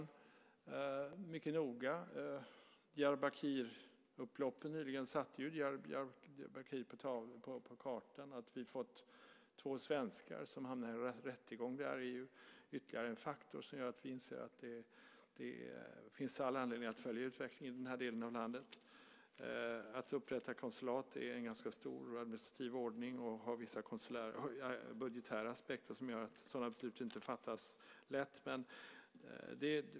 Upploppen i Diyarbakir nyligen satte Diyarbakir på kartan. Att två svenskar har hamnat i en rättegång är ytterligare en faktor som gör att vi inser att det finns all anledning att följa utvecklingen i den delen av landet. Att upprätta konsulat är en ganska stor och administrativ ordning och får vissa budgetära aspekter som gör att sådana beslut inte fattas lätt.